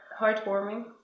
heartwarming